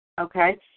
okay